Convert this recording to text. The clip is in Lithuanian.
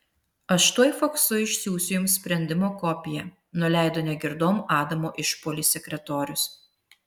aš tuoj faksu išsiųsiu jums sprendimo kopiją nuleido negirdom adamo išpuolį sekretorius